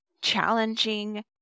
challenging